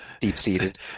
deep-seated